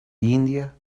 india